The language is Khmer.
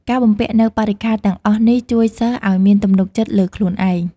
ការបំពាក់នូវបរិក្ខារទាំងអស់នេះជួយសិស្សឱ្យមានទំនុកចិត្តលើខ្លួនឯង។